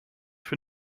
for